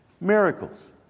miracles